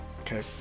Okay